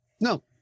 No